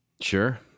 Sure